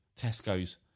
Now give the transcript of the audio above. Tesco's